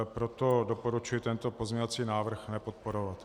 Proto doporučuji tento pozměňovací návrh nepodporovat.